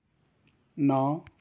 ਨਾ